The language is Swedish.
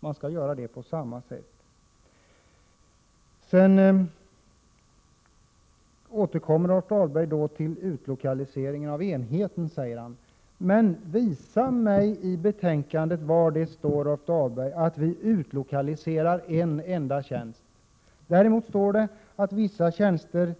Man skall göra på samma sätt. Rolf Dahlberg återkommer sedan till utlokaliseringen av enheten. Men visa mig var i betänkandet det står att vi utlokaliserar en enda tjänst! Däremot står det att vissa tjänster